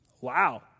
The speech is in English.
Wow